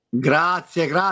Grazie